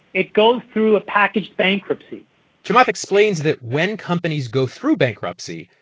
it goes through a packaged bankruptcy chamath explains that when companies go through bankruptcy,